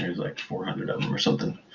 like four hundred of them, or something.